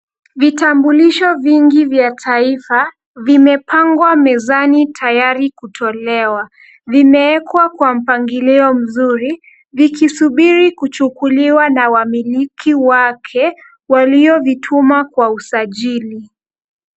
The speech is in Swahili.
Vitambulisho vingi vya taifa vimepangwa mezani tayari kutolewa. Vimewekwa kwa mpangilio mzuri vikisubiri kuchukuliwa na wamiliki wake, waliovituma kwa usajili.